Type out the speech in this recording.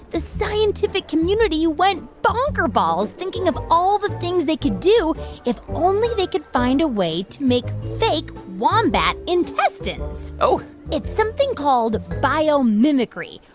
the scientific community went bonker-balls thinking of all the things they could do if only they could find a way to make fake wombat intestines oh it's something called biomimicry,